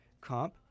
comp